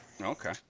Okay